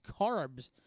carbs